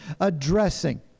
addressing